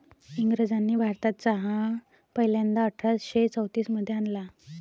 इंग्रजांनी भारतात चहा पहिल्यांदा अठरा शे चौतीस मध्ये आणला